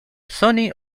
sony